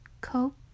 cope